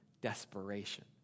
desperation